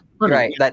right